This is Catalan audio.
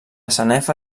sanefa